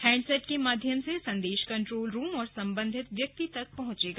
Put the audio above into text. handset के माध्यम से संदेश कंट्रोल रूम और सम्बन्धित व्यक्ति तक पहुंचेगा